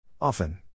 Often